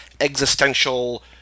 existential